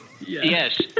Yes